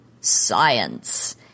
science